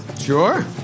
Sure